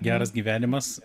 geras gyvenimas